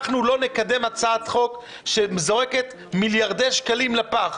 לא נקדם הצעת חוק שזורקת מיליארדי שקלים לפח.